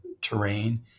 terrain